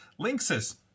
Linksys